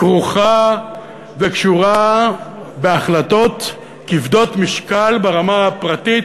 כרוכה וקשורה בהחלטות כבדות משקל ברמה הפרטית,